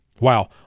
Wow